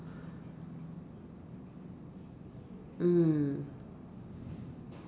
mm